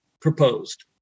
proposed